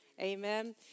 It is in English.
Amen